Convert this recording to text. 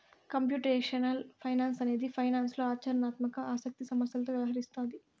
computational finance అనేది ఫైనాన్స్లో ఆచరణాత్మక ఆసక్తి సమస్యలతో వ్యవహరిస్తాది